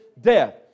death